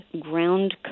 ground